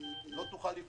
לא תוכל לפעול.